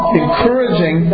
encouraging